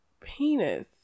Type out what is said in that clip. penis